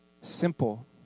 Simple